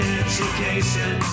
education